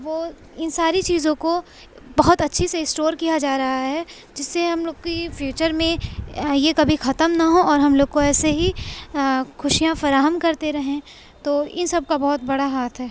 وہ ان ساری چیزوں کو بہت اچھے سے اسٹور کیا جا رہا ہے جس سے ہم لوگ کی فیوچر میں یہ کبھی ختم نہ ہو اور ہم لوگ کو ایسے ہی خوشیاں فراہم کرتے رہیں تو ان سب کا بہت بڑا ہاتھ ہے